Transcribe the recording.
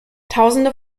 tausende